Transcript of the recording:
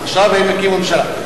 עכשיו הם הקימו ממשלה.